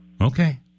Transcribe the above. Okay